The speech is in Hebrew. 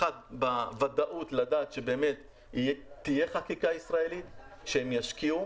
1. בוודאות לדעת שבאמת תהיה חקיקה ישראלית שהם ישקיעו.